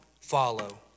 follow